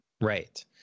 Right